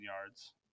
yards